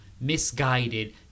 misguided